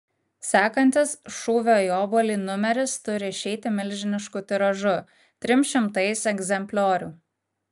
sekantis šūvio į obuolį numeris turi išeiti milžinišku tiražu trim šimtais egzempliorių